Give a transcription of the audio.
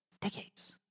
Decades